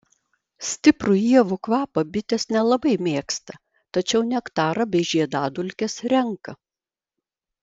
stiprų ievų kvapą bitės nelabai mėgsta tačiau nektarą bei žiedadulkes renka